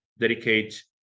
dedicate